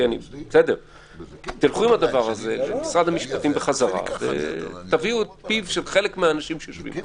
ללכת עם הדבר הזה ולהביא את פיו של חלק מהאנשים שיושבים כאן.